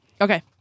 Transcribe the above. Okay